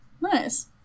Nice